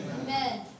Amen